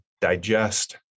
digest